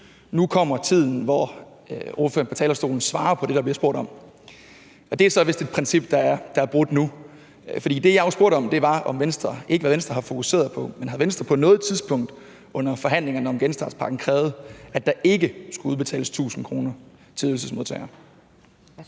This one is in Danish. Nu kommer tiden, hvor ordføreren på talerstolen svarer på det, der bliver spurgt om. Det er vist så et princip, der er brudt nu. For det, jeg spurgte om, var ikke, hvad Venstre har fokuseret på, men om Venstre på noget tidspunkt under forhandlingerne om genstartspakken har krævet, at der ikke skulle udbetales 1.000 kr. til ydelsesmodtagere.